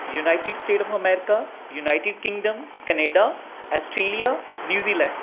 united state of America United Kingdom Canada Australia New Zealand